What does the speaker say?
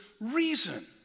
reason